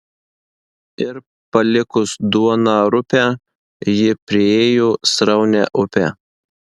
ir palikus duoną rupią ji priėjo sraunią upę